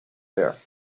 there